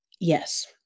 Yes